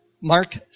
Mark